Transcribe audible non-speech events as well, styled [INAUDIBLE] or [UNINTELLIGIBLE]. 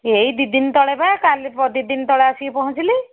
ଏଇ ଦୁଇଦିନ ତଳେ ବା କାଲି [UNINTELLIGIBLE] ଦୁଇଦିନ ତଳେ ଆସିକି ପହଞ୍ଚିଲି